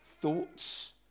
thoughts